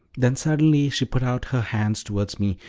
then suddenly she put out her hands towards me,